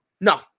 No